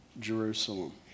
Jerusalem